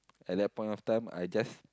at that point of time I just